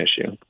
issue